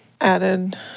added